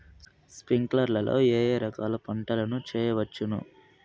స్ప్రింక్లర్లు లో ఏ ఏ రకాల పంటల ను చేయవచ్చును?